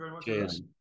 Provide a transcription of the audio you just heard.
Cheers